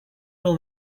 will